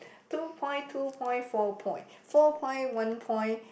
two point two point four point four point one point